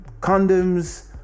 condoms